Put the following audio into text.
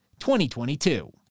2022